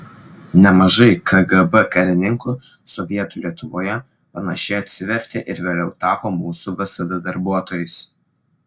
nemažai kgb karininkų sovietų lietuvoje panašiai atsivertė ir vėliau tapo mūsų vsd darbuotojais